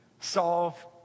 solve